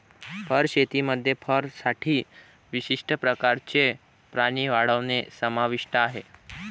fur शेतीमध्ये फरसाठी विशिष्ट प्रकारचे प्राणी वाढवणे समाविष्ट आहे